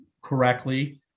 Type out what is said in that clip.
correctly